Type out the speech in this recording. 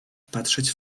patrzeć